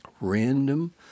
random